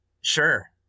Sure